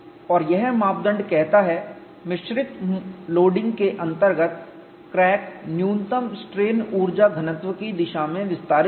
और यह मापदंड कहता है मिश्रित लोडिंग के अंतर्गत क्रैक न्यूनतम स्ट्रेन ऊर्जा घनत्व डेन्सिटी की दिशा में विस्तारित होगा